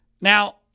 Now